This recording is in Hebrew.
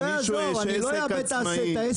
אם למישהו יש עסק עצמאי,